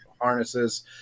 harnesses